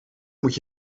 moet